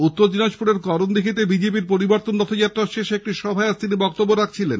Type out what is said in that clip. উত্তর দিনাজপুরের করণদিঘীতে বিজেপি র পরিবর্তন রথাযাত্রার শেষে একটি সভায় আজ তিনি বক্তব্য রাখছিলেন